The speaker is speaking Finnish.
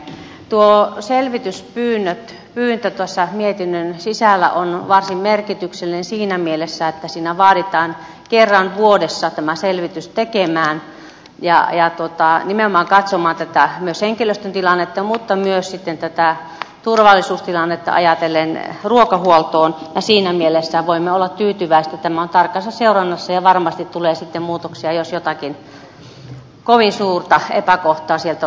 tuo selvityspyyntö mietinnön sisällä on varsin merkityksellinen siinä mielessä että siinä vaaditaan kerran vuodessa tämä selvitys tekemään ja nimenomaan katsomaan myös henkilöstön tilannetta mutta myös sitten tätä turvallisuustilannetta ajatellen ruokahuoltoa ja siinä mielessä voimme olla tyytyväisiä että tämä on tarkassa seurannassa ja varmasti tulee sitten muutoksia jos jotakin kovin suurta epäkohtaa sieltä on sitten löydettävissä